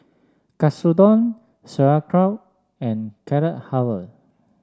Katsudon Sauerkraut and Carrot Halwa